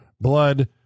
Blood